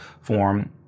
form